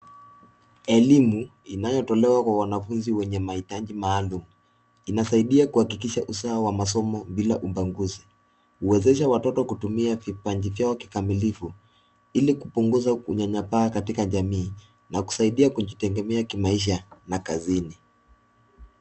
Elimu inayotolewa kwa wanafunzi wenye mahitaji maalum. Inasaidia kuhakikisha usawa wa masomo bila ubaguzi. Huwezesha watoto kutumia vipaji vyao kikamilifu ili kupunguza unyanyapaa katika jamii na kusaidia kujitegemea kimaisha na kazini.